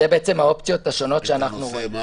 אלו בעצם האופציות השונות שראינו.